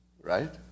right